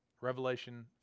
Revelation